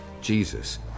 Jesus